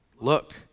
Look